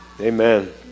amen